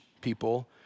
people